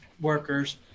workers